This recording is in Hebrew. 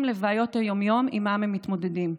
לבעיות היום-יום שעימן הם מתמודדים,